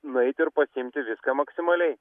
nueiti ir pasiimti viską maksimaliai